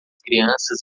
crianças